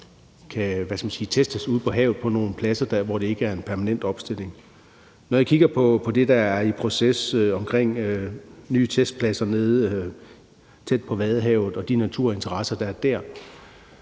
kan testes ude på havet på nogle pladser, hvor der ikke er tale om en permanent omstilling. Når jeg kigger på det, der er i proces omkring nye testpladser tæt på Vadehavet og de naturinteresser, der er der,